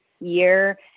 year